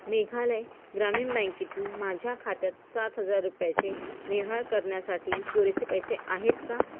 मेघालय ग्रामीण बँकेतील माझ्या खात्यात सात हजार रुपयाचे व्यवहार करण्यासाठी पुरेसे पैसे आहेत का